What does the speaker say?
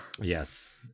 Yes